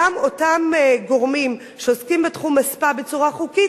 גם אותם גורמים שעוסקים בתחום הספא בצורה חוקית,